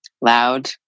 loud